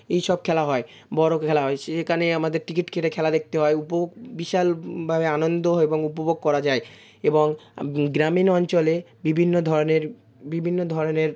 এই সব খেলা হয় বড়ো খেলা হয় সেখানে আমাদের টিকিট কেটে খেলা দেখতে হয় উপ বিশালভাবে আনন্দ এবং উপভোগ করা যায় এবং গ্রামীণ অঞ্চলে বিভিন্ন ধরনের বিভিন্ন ধরনের